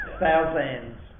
Thousands